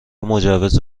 مجوز